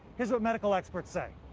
here's what medical experts say.